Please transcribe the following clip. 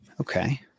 Okay